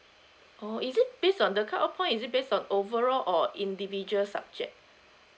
oh is it based on the cut off point is it based on a overall or individual subject